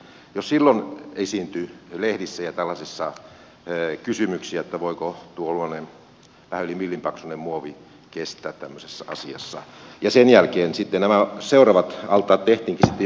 jo silloin kun sitä tehtiin esiintyi lehdissä ja tällaisissa kysymyksiä voiko tuollainen vähän yli millin paksuinen muovi kestää tämmöisessä asiassa ja sen jälkeen nämä seuraavat altaat tehtiinkin jo paremmin